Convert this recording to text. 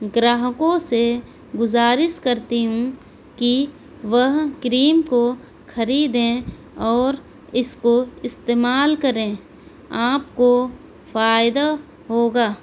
گراہکوں سے گزارش کرتی ہوں کہ وہ کریم کو خریدیں اور اس کو استعمال کریں آپ کو فائدہ ہوگا